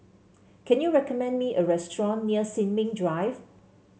can you recommend me a restaurant near Sin Ming Drive